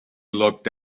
looked